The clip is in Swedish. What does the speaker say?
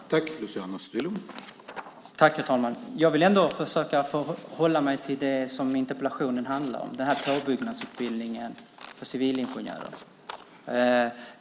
Herr talman! Jag vill ändå försöka hålla mig till det som interpellationen handlar om, påbyggnadsutbildningen för civilingenjörer.